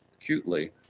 acutely